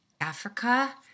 Africa